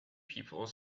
people